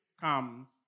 comes